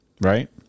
right